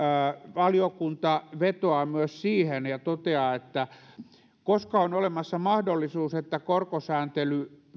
valiokunta vetoaa myös siihen ja toteaa että koska on olemassa mahdollisuus että korkosääntely